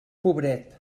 pobret